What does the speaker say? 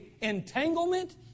entanglement